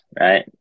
right